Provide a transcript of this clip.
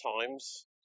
times